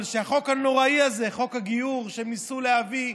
אבל שהחוק הנוראי הזה, חוק הגיור שהם ניסו להביא,